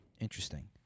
Interesting